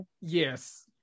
Yes